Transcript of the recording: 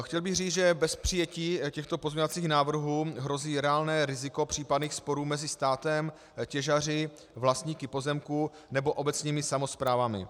Chtěl bych říci, že bez přijetí těchto pozměňovacích návrhů hrozí reálné riziko případných sporů mezi státem, těžaři, vlastníky pozemků nebo obecními samosprávami.